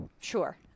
Sure